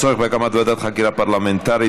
הצורך בהקמת ועדת חקירה פרלמנטרית